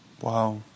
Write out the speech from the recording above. wow